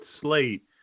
slate